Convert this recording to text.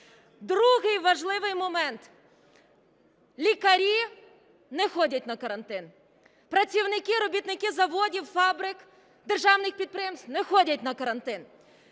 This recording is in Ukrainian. Другий важливий момент. Лікарі не ходять на карантин. Працівники робітники заводів, фабрик, державних підприємств не ходять на карантин.